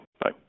Bye